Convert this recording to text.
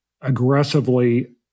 aggressively